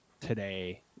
today